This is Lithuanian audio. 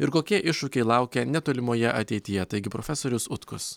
ir kokie iššūkiai laukia netolimoje ateityje taigi profesorius utkus